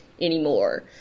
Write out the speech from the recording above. anymore